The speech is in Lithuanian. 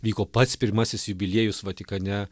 vyko pats pirmasis jubiliejus vatikane